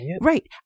right